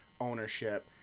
ownership